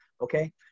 okay